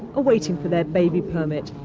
waiting for their baby permit.